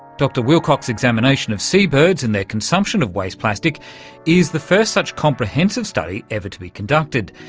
dr wilcox's examination of seabirds and their consumption of waste plastic is the first such comprehensive study ever to be conducted.